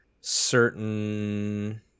certain